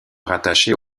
rattacher